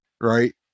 right